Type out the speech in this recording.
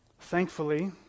Thankfully